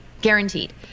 guaranteed